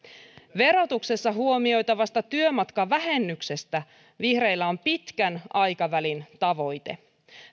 verotuksessa huomioitavasta työmatkavähennyksestä vihreillä on pitkän aikavälin tavoite